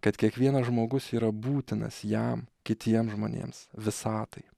kad kiekvienas žmogus yra būtinas jam kitiem žmonėms visatai